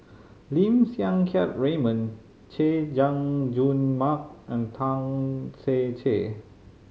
Lim Siang Keat Raymond Chay Jung Jun Mark and Tan Ser Cher